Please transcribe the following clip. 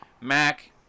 mac